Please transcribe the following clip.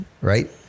right